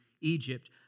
Egypt